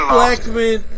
Blackman